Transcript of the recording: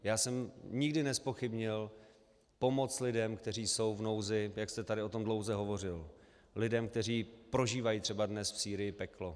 Já jsem nikdy nezpochybnil pomoc lidem, kteří jsou v nouzi, jak jste tady o tom dlouze hovořil, lidem, kteří prožívají třeba dnes v Sýrii peklo.